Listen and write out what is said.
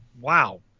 wow